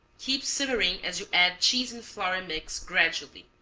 keep simmering as you add cheese-and-flour mix gradually,